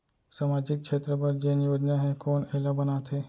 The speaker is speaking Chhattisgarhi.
सामाजिक क्षेत्र बर जेन योजना हे कोन एला बनाथे?